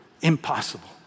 Impossible